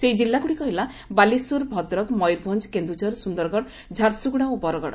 ସେହି ଜିଲ୍ଲାଗୁଡ଼ିକ ହେଲା ବାଲେଶ୍ୱର ଭଦ୍ରକ ମୟରଭଞ୍ଞ କେନ୍ଦୁଝର ସୁନ୍ଦରଗଡ଼ ଝାରସୁଗୁଡ଼ା ଓ ବରଗଡ଼